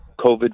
COVID